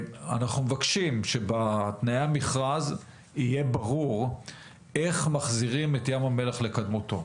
אנחנו מבקשים שבתנאי המכרז יהיה ברור איך מחזירים את ים המלח לקדמותו,